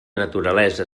naturalesa